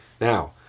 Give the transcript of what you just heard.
Now